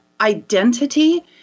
identity